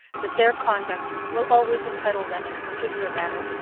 that their conduct will always entitle them, in a particular manner,